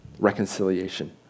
reconciliation